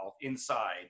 inside